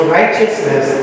righteousness